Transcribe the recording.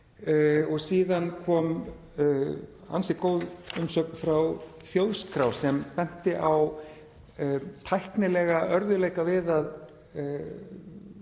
Síðan kom ansi góð umsögn frá Þjóðskrá sem benti á tæknilega örðugleika við að